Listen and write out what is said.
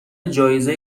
جایزه